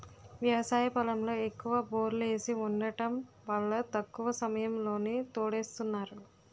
వ్యవసాయ పొలంలో ఎక్కువ బోర్లేసి వుండటం వల్ల తక్కువ సమయంలోనే తోడేస్తున్నారు